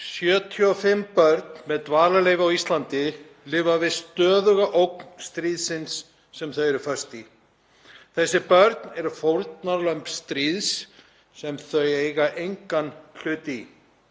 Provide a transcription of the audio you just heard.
75 börn með dvalarleyfi á Íslandi lifa við stöðuga ógn stríðsins sem þau eru föst í. Þessi börn eru fórnarlömb stríðs sem þau eiga engan hlut í.